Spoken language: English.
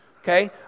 Okay